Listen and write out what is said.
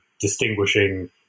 Distinguishing